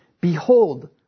Behold